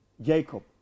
Jacob